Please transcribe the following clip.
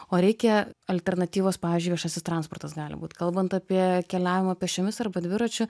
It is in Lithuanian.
o reikia alternatyvos pavyzdžiui viešasis transportas gali būt kalbant apie keliavimą pėsčiomis arba dviračiu